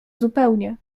zupełnie